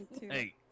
Hey